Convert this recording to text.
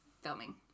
filming